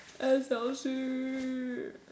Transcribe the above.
S_L_C